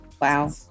Wow